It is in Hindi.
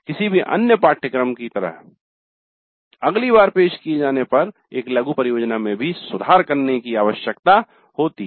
किसी भी अन्य पाठ्यक्रम की तरह अगली बार पेश किए जाने पर एक लघु परियोजना में भी सुधार करने की आवश्यकता होती है